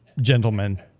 gentlemen